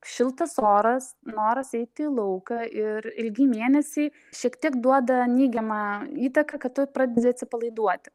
šiltas oras noras eiti į lauką ir ilgi mėnesiai šiek tiek duoda neigiamą įtaką kad tu pradedi atsipalaiduoti